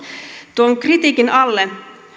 tuon kritiikin alle